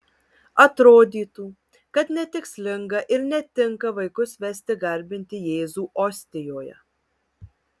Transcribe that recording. atrodytų kad netikslinga ir netinka vaikus vesti garbinti jėzų ostijoje